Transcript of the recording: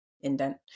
indent